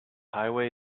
highway